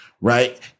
Right